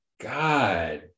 God